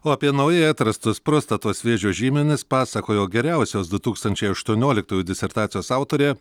o apie naujai atrastus prostatos vėžio žymenis pasakojo geriausios du tūkstančiai aštuonioliktųjų disertacijos autorė